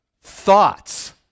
thoughts